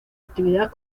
actividad